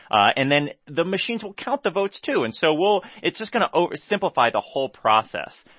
and then the machines will count the votes, too. and so well it's just going to ah simplify the whole process.